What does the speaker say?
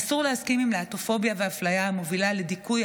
אסור להסכים עם להט"בפוביה ואפליה המובילה לדיכוי,